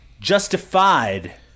Justified